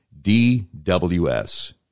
DWS